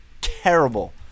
terrible